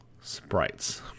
sprites